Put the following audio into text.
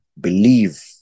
believe